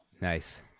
Nice